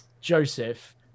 Joseph